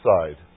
side